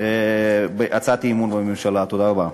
תודה רבה.